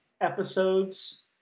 episodes